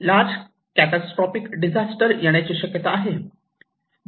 large catastrophic disaster येण्याची शक्यता आहे